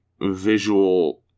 visual